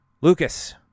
Lucas